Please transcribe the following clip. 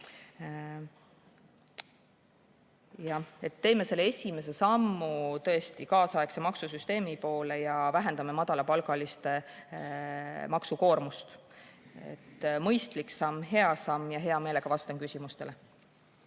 Teeme selle esimese sammu tõesti kaasaegse maksusüsteemi poole ja vähendame madalapalgaliste maksukoormust. Mõistlik samm, hea samm. Hea meelega vastan küsimustele.